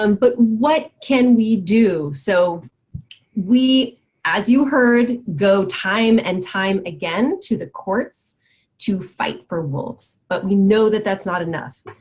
um but what can we do so we as you heard go time and time again to the courts to fight for wolves. but we know that that's not enough.